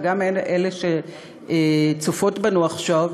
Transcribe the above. וגם אלה שצופות בנו עכשיו,